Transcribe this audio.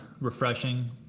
refreshing